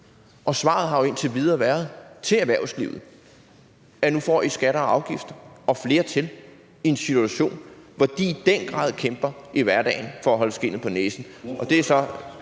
erhvervslivet har jo indtil videre været, at de nu får skatter og afgifter og flere til i en situation, hvor de i den grad kæmper i hverdagen for at holde skindet på næsen. Kl.